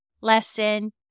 lesson